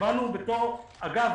שבאנו בתור אגב,